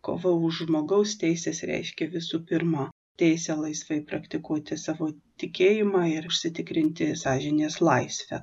kova už žmogaus teises reiškia visų pirma teisę laisvai praktikuoti savo tikėjimą ir užsitikrinti sąžinės laisvę